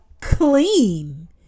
clean